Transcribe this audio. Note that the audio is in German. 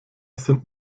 sind